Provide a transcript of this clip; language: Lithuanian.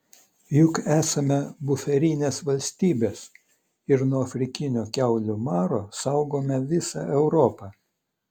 juk esame buferinės valstybės ir nuo afrikinio kiaulių maro saugome visą europą